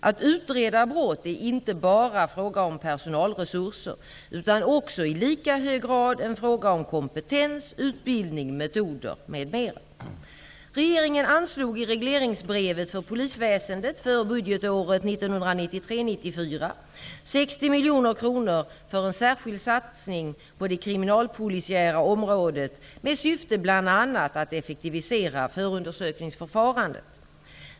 Att utreda brott är inte bara fråga om personalresurser utan också i lika hög grad en fråga om kompetens, utbildning, metoder, m.m. Regeringen anslog i regleringsbrevet för polisväsendet för budgetåret 1993/94 60 miljoner kronor för en särskild satsning på det kriminalpolisiära området med syfte bl.a. att effektivisera förundersökningsförfarandet.